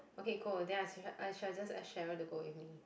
okay cool then I I shall just ask Sharon to go with me